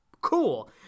Cool